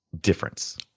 difference